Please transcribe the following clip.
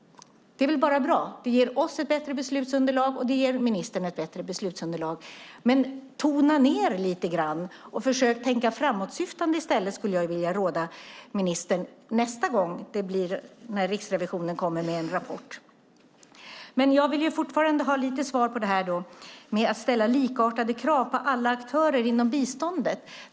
Det är väl bara bra. Det ger oss ett bättre beslutsunderlag, och det ger ministern ett bättre beslutsunderlag. Men tona ned lite grann och försök tänka framåtsyftande i stället! Det skulle jag vilja råda ministern att göra nästa gång Riksrevisionen kommer med en rapport. Men jag vill fortfarande ha lite svar när det gäller det här med att ställa likartade krav på alla aktörer inom biståndet.